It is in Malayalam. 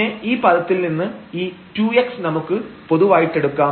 പിന്നെ ഈ പദത്തിൽ നിന്ന് ഈ 2x നമുക്ക് പൊതുവായിട്ടെടുക്കാം